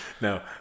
No